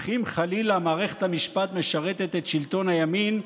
אך אם חלילה מערכת המשפט משרתת את שלטון הימין,